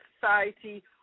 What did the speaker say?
Society